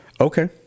okay